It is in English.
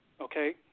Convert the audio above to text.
okay